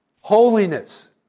Holiness